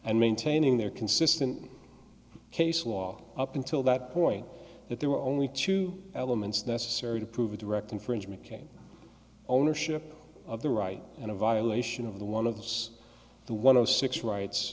and maintaining their consistent case law up until that point that there were only two elements necessary to prove a direct infringement came ownership of the right and a violation of the one of those the one of the six rights